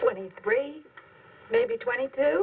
twenty three maybe twenty two